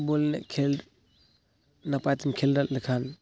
ᱵᱚᱞ ᱮᱱᱮᱡ ᱠᱷᱮᱞᱚᱰ ᱱᱟᱯᱟᱭᱛᱮᱢ ᱠᱷᱮᱞ ᱫᱟᱲᱮᱜ ᱞᱮᱠᱷᱟᱱ